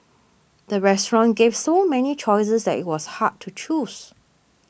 the restaurant gave so many choices that it was hard to choose